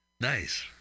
Nice